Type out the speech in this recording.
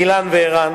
אילן וערן,